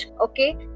Okay